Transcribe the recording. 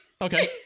Okay